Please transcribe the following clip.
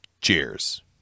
cheers